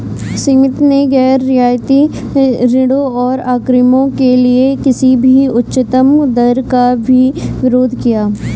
समिति ने गैर रियायती ऋणों और अग्रिमों के लिए किसी भी उच्चतम दर का भी विरोध किया